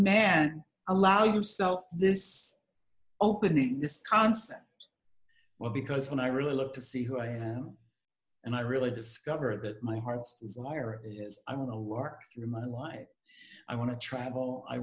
man allow yourself this opening this concept well because when i really look to see who i am and i really discover that my heart's desire i will work through my life i want to travel i